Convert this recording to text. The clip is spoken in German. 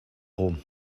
rum